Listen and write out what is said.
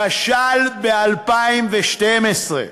כשל ב-2012.